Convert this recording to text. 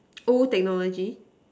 old technology